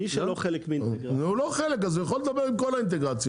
הוא לא חלק אז הוא יכול לדבר עם כל האינטגרציות,